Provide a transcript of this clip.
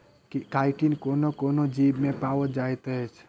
chitin कोनो कोनो जीवमे पाओल जाइत अछि